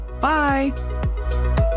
Bye